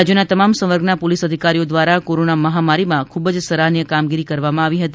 રાજ્યનાં તમામ સંવર્ગનાં પોલીસ અધિકારીઓ દ્રારા કોરોના મહામારીમાં ખૂબ જ સરાહનીય કામગીરી કરવામાં આવી હતી